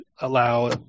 allow